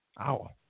Ow